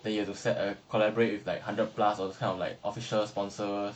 then you have to set a collaborate with like hundred plus all these kind of like official sponsor